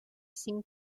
cinc